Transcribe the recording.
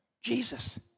Jesus